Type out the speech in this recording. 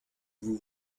vous